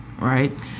right